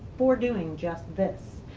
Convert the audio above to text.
for doing just this.